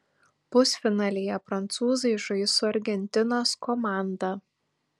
pusfinalyje prancūzai žais su argentinos komanda